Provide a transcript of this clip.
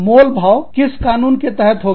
मोलभाव वार्ता किस कानून के तहत होगी